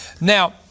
Now